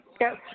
Yes